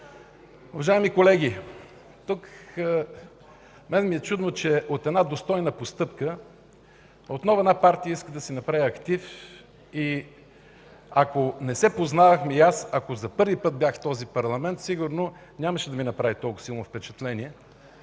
уважаеми колеги! Чудно ми е, че тук от достойна постъпка една партия отново иска да си направи актив. Ако не се познавахме и аз за първи път бях в този парламент, сигурно нямаше да ми направи толкова силно впечатление.